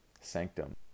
sanctum